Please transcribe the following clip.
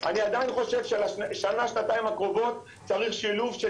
אני עדיין חושב שלשנה שנתיים הקרובות צריך שילוב של